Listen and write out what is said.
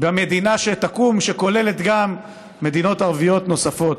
במדינה שתקום, שכוללת גם מדינות ערביות נוספות.